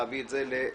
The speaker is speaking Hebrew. להביא את זה למליאה: